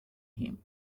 him